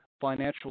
financial